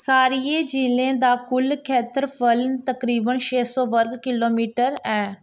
सारियें झीलें दा कुल खेतरफल तकरीबन छे सौ वर्ग किल्लोमीटर ऐ